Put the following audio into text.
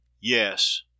Yes